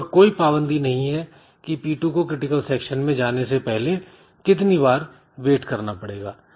इस पर कोई पाबंदी नहीं है की P2 को क्रिटिकल सेक्शन में जाने से पहले कितनी बार वेट करना पड़ेगा